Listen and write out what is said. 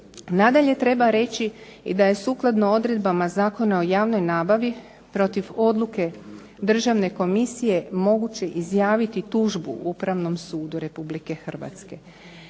Nadalje, treba reći i da je sukladno odredbama Zakona o javnoj nabavi protiv odluke Državne komisije moguće izjaviti tužbu Upravnom sudu RH. Stranke